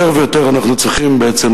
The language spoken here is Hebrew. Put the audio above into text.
יותר ויותר אנחנו צריכים בעצם,